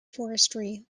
forestry